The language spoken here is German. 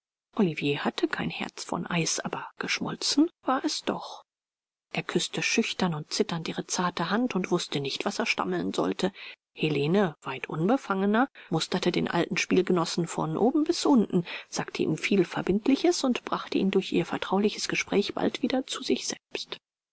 olivier hatte kein herz von eis aber geschmolzen war es doch er küßte schüchtern und zitternd ihre zarte hand und wußte nicht was er stammeln sollte helene weit unbefangener musterte den alten spielgenossen von oben bis unten sagte ihm viel verbindliches und brachte ihn durch ihr vertrauliches gespräch bald wieder zu sich selbst